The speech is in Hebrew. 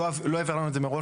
לא העברנו את זה מראש,